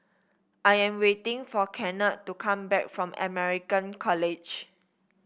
I am waiting for Kennard to come back from American College